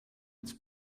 its